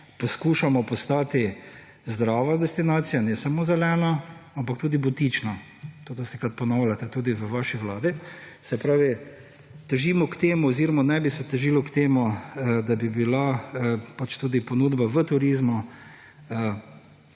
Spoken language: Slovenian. poskušamo postati zdrava destinacija, ne samo zelena ampak tudi butična. To dostikrat ponavljate tudi v vaši vladi. Se pravi, težimo k temu oziroma naj bi se težilo k temu, da bi bila pač tudi ponudba v turizmu